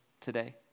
today